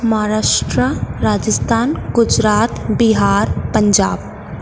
Maharashtra Rajasthan Gujarat Bihar Punjab